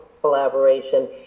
collaboration